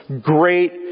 great